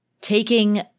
taking